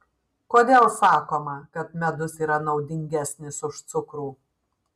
kodėl sakoma kad medus yra naudingesnis už cukrų